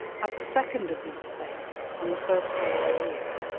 at the second of these fetes, on the first day of the year,